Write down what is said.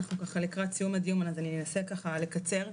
אנחנו לקראת סיום הדיון ואנסה לקצר.